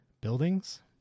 buildings